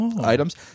items